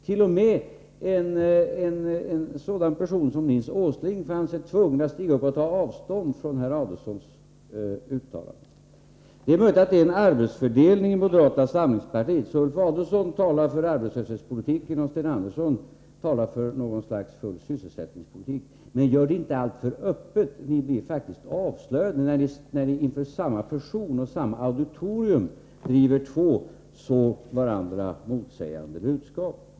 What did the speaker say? T. o. m. en sådan person som Nils Åsling fann sig tvungen att ta avstånd från herr Adelsohns uttalanden. Det är möjligt att man har en sådan arbetsfördelning i moderata samlingspartiet att Ulf Adelsohn talar för arbetslöshetspolitiken och Sten Andersson för något slags fullsysselsättningspolitik. Men gör det inte alltför öppet! Ni blir faktiskt avslöjade när ni inför samma auditorium och till samma person framför två varandra så motsägande budskap.